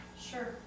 Sure